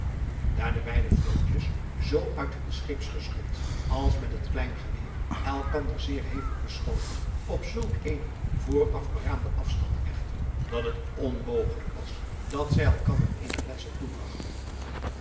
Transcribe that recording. de beide vlootjes zoo uit hun scheeps geschut als met het klein geweer elkander zeer hevig beschoten op zulk eenen vooraf beraamden afstand echter dat het onmogelijk was dat zij elkander eenig letsel